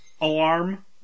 alarm